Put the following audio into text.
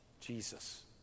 Jesus